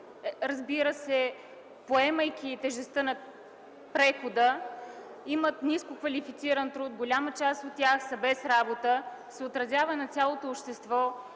тези хора, поемайки тежестта на прехода, имат ниско квалифициран труд, голяма част от тях са без работа, се отразява на цялото общество